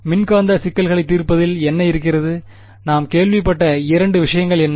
மின்காந்த சிக்கல்களைத் தீர்ப்பதில் என்ன இருக்கிறது நாம் கேள்விப்பட்ட இரண்டு விஷயங்கள் என்ன